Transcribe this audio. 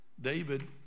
David